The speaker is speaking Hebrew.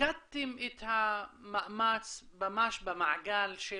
מיקדתם את המאמץ ממש במעגל של